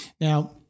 Now